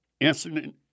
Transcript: incident